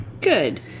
Good